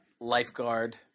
lifeguard